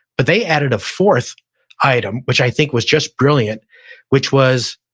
but they added a fourth item which i think was just brilliant which was,